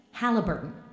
Halliburton